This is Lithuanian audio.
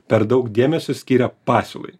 per daug dėmesio skiria pasiūlai